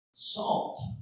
Salt